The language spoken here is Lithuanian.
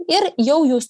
ir jau jūs